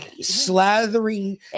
slathering